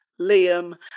Liam